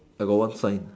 I got what sign